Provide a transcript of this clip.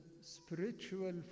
spiritual